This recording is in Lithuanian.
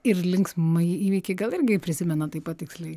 ir linksmąjį įvykį gal irgi prisimenat taip pat tiksliai